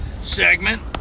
segment